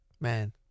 Man